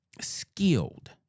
skilled